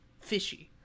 Fishy